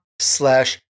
slash